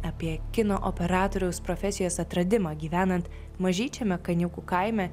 apie kino operatoriaus profesijos atradimą gyvenant mažyčiame kaniūkų kaime